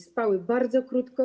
Spały bardzo krótko.